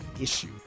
issue